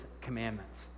commandments